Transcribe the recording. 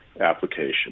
application